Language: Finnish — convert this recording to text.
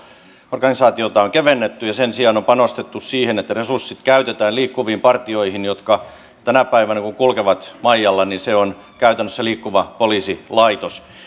organisaatiota on kevennetty ja sen sijaan on panostettu siihen että resurssit käytetään liikkuviin partioihin ja kun ne tänä päivänä kulkevat maijalla niin se on käytännössä liikkuva poliisilaitos